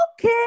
Okay